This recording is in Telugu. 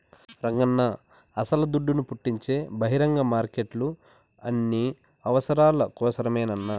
రంగన్నా అస్సల దుడ్డును పుట్టించే బహిరంగ మార్కెట్లు అన్ని అవసరాల కోసరమేనన్నా